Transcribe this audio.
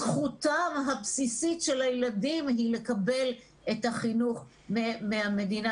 זכותם הבסיסית של הילדים לקבל את החינוך מהמדינה.